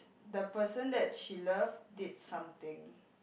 the person that she love did something